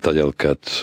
todėl kad